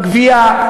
הגבייה,